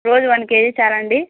రోజూ one kg చాలా అండి